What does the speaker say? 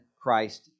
Christ